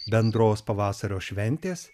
bendros pavasario šventės